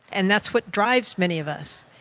and that's what drives many of us.